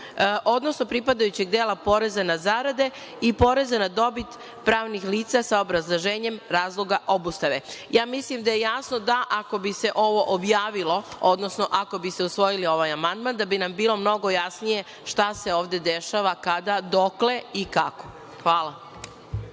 odnosno pripadajućeg dela poreza na zarade i poreza na dobit pravnih lica, sa obrazloženjem razloga obustave. Mislim da je jasno da ako bi se ovo objavilo, odnosno ako biste usvojili ovaj amandman, da bi nam bilo mnogo jasnije šta se ovde dešava, kada, dokle i kako? Hvala.